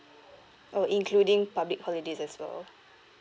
oh including public holidays as well